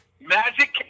Magic